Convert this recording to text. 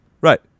right